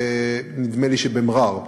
נדמה לי, במע'אר,